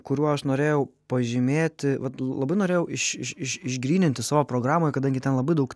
kuriuo aš norėjau pažymėti vat labai norėjau iš iš išgryninti savo programoj kadangi ten labai daug temų yra